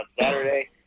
Saturday